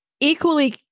equally